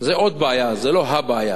זה עוד בעיה, זה לא ה-בעיה.